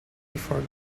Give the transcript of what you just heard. before